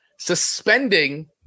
Suspending